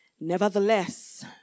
Nevertheless